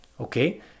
okay